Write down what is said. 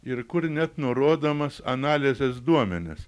ir kur net nurodomos analizės duomenys